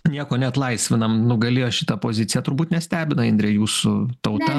nieko neatlaisvinam nugalėjo šita pozicija turbūt nestebina indre jūsų tauta